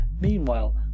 Meanwhile